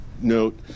note